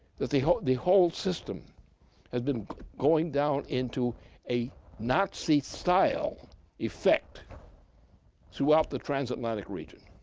that the whole the whole system has been going down into a nazi-style effect throughout the trans-atlantic region.